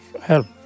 help